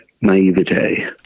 naivete